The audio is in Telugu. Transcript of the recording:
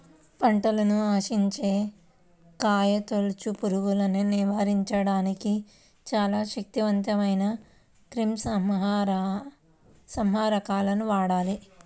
పంటను ఆశించే కాయతొలుచు పురుగుల్ని నివారించడానికి చాలా శక్తివంతమైన క్రిమిసంహారకాలను వాడాలి